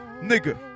Nigga